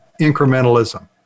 incrementalism